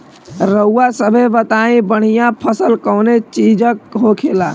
रउआ सभे बताई बढ़ियां फसल कवने चीज़क होखेला?